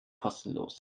kostenlos